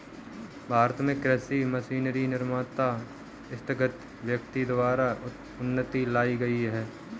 भारत में कृषि मशीनरी निर्माता स्थगित व्यक्ति द्वारा उन्नति लाई गई है